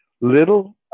little